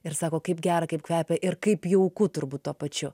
ir sako kaip gera kaip kvepia ir kaip jauku turbūt tuo pačiu